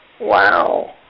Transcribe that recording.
Wow